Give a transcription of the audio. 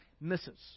misses